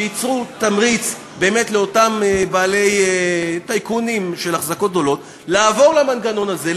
שייצרו תמריץ באמת לאותם טייקונים של החזקות גדולות לעבור למנגנון הזה,